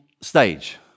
stage